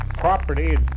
property